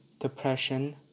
depression